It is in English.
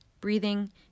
breathing